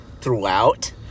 throughout